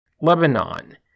Lebanon